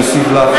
אני מוסיף לך דקה.